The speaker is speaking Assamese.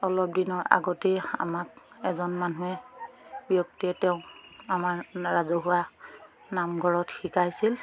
অলপ দিনৰ আগতেই আমাক এজন মানুহে ব্যক্তিয়ে তেওঁ আমাৰ ৰাজহুৱা নামঘৰত শিকাইছিল